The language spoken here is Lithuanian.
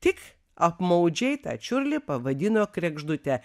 tik apmaudžiai tą čiurlį pavadino kregždute